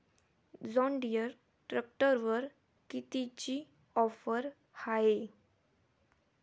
John Deere ट्रॅक्टरवर कितीची offer हाये?